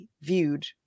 viewed